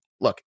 look